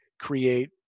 create